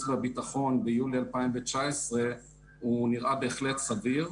והביטחון ביולי 2019 נראה בהחלט סביר.